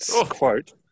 quote